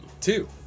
two